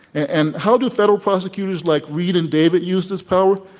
and how do federal prosecutors like reid and david use this power?